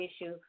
issue